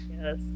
yes